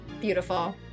beautiful